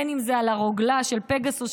בין שזה על הרוגלה של פגסוס,